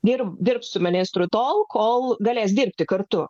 ir dirbs su ministru tol kol galės dirbti kartu